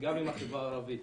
וגם עם החברה הערבית.